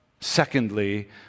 Secondly